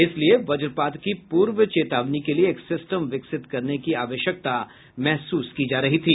इसलिए वज्रपात की पूर्व चेतावनी के लिए एक सिस्टम विकसित करने की आवश्यकता महसूस की जा रही थी